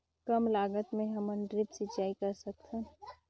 कम लागत मे हमन ड्रिप सिंचाई कर सकत हन?